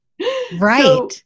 Right